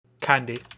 Candy